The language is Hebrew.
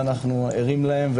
ואני ערים להם,